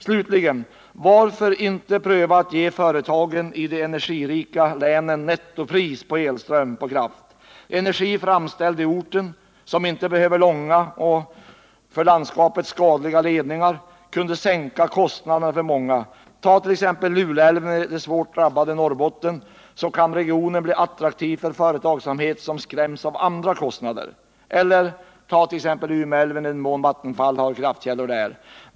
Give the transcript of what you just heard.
Slutligen: Varför inte ge företagen i de energirika länen nettopris på elström, på kraft? Energi som framställs i området och som inte behöver långa och för landskapet skadliga ledningar kunde sänka kostnaderna för många företag. I det svårt drabbade Norrbotten skulle ett sådant system kunna gälla för exempelvis kraft från Luleälven, och regionen skulle kunna bli attraktiv för företagsamhet som skräms av andra kostnader. Detsamma skulle kunna gälla för Umeälven i den mån Vattenfall har kraftkällor där.